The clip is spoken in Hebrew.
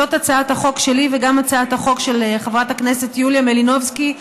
זו הצעת החוק שלי וגם הצעת החוק של חברת הכנסת יוליה מלינובסקי,